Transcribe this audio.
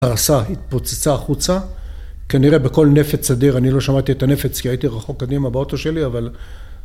התפוצצה החוצה, כנראה בקול נפץ אדיר, אני לא שמעתי את הנפץ כי הייתי רחוק קדימה באוטו שלי אבל